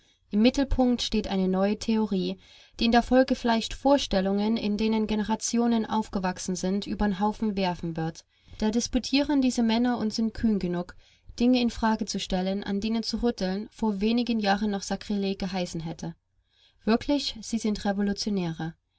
im mittelpunkt steht eine neue theorie die in der folge vielleicht vorstellungen in denen generationen aufgewachsen sind übern haufen werfen wird da disputieren diese männer und sind kühn genug dinge in frage zu stellen an denen zu rütteln vor wenigen jahren noch sakrileg geheißen hätte wirklich sie sind revolutionäre